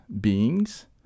beings